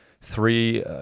three